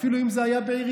אפילו אם זה היה בעיריות,